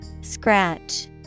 Scratch